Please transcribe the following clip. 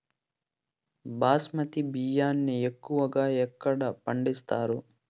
బాస్మతి బియ్యాన్ని ఎక్కువగా ఎక్కడ పండిస్తారు?